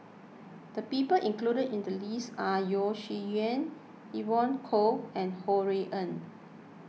the people included in the list are Yeo Shih Yun Evon Kow and Ho Rui An